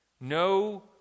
No